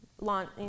launch